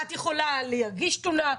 את יכולה להגיש תלונה,